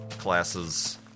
Classes